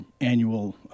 annual